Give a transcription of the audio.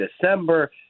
December